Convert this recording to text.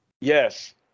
yes